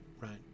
right